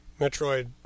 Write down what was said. Metroid